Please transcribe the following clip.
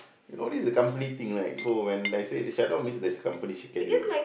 you know this is a company thing right so when I say they shut down means there's company schedule